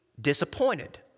disappointed